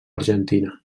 argentina